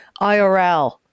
IRL